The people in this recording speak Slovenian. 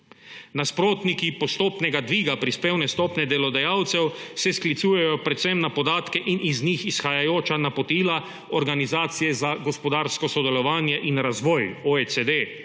Nasprotniki postopnega dviga prispevne stopnje delodajalcev se sklicujejo predvsem na podatke in iz njih izhajajoča napotila Organizacije za gospodarsko sodelovanje in razvoj, OECD.